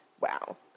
Wow